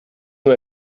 nur